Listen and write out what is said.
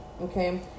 okay